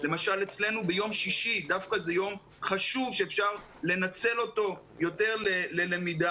למשל אצלנו ביום שישי הוא דווקא יום חשוב שאפשר לנצל אותו יותר ללמידה.